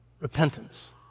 repentance